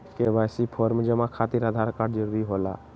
KYC form जमा खातिर Aadhaar card जरूरी होला?